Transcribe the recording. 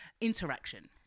interaction